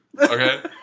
Okay